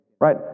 right